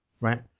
right